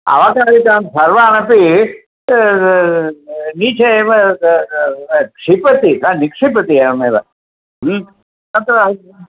अवकरिकां सर्वमपि नीचे एव क्षिपति वा निक्षिपति एवमेव तत्र